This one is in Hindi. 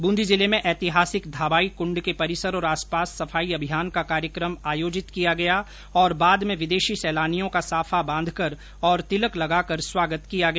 बूंदी जिले में ऐतिहासिक धाबाई कुंड के परिसर और आसपास सफाई अभियान का कार्यक्रम आयोजित किया गया और बाद में विदेशी सैलानियों का साफा बांधकर और तिलक लगाकर स्वागत किया गया